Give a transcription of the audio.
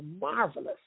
marvelous